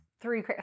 Three